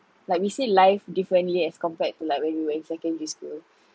like we see life differently as compared to like we were in secondary school